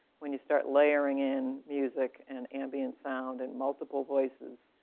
when you start layering in music and ambient sound and multiple voices,